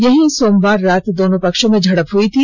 यहीं सोमवार रात दोनों पक्षों में झड़प हुई थी